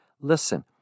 Listen